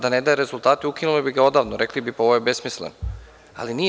Da ne daje rezultate ukinule bi ga odavno, rekli bi – ovo je besmisleno, ali nije.